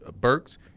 Burks